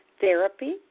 therapy